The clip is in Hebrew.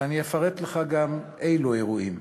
וגם אפרט לך אילו אירועים: